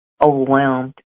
overwhelmed